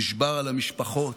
נשבר על המשפחות.